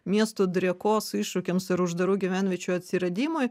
miesto drėkos iššūkiams ir uždarų gyvenviečių atsiradimui